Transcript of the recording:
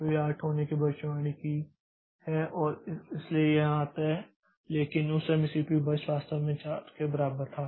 तो यह 8 होने की भविष्यवाणी की है और इसलिए यह यहाँ आता है लेकिन उस समय सीपीयू बर्स्ट वास्तव में 4 के बराबर था